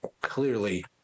clearly